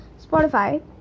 Spotify